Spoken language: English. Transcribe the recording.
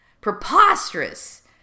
preposterous